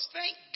Thank